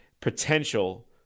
potential